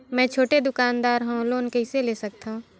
मे छोटे दुकानदार हवं लोन कइसे ले सकथव?